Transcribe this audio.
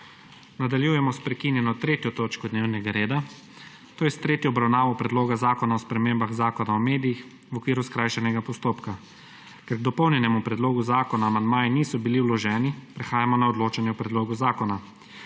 Nadaljujemo s prekinjeno **3. točko dnevnega reda, to je s tretjo obravnavo Predloga zakona o spremembah Zakona o medijih v okviru skrajšanega postopka.** Ker k dopolnjenemu predlogu zakona amandmaji niso bili vloženi, prehajamo na odločanje o predlogu zakona.